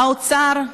האוצר,